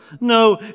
No